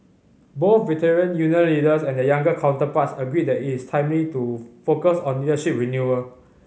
both Veteran Union leaders and their younger counterparts agreed that it is timely to focus on leadership renewal